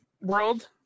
world